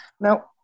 Now